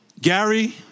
Gary